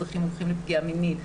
מדריכים מומחים לפגיעה מינית,